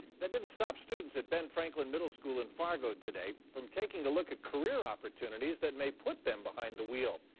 that didn't stop students at ben franklin middle school in fargo today. from taking a look at career opportunities that may put them behind the wheel.